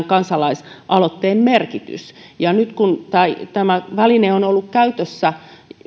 kansalaisaloitteen merkitys ja nyt kun tämä väline on ollut käytössä